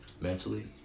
mentally